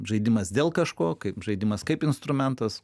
žaidimas dėl kažko kaip žaidimas kaip instrumentas